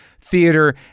Theater